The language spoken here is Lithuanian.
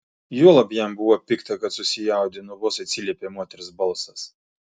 juolab jam buvo pikta kad susijaudino vos atsiliepė moters balsas